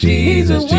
Jesus